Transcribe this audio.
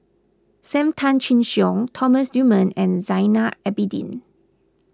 Sam Tan Chin Siong Thomas Dunman and Zainal Abidin